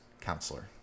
counselor